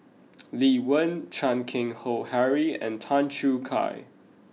Lee Wen Chan Keng Howe Harry and Tan Choo Kai